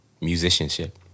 Musicianship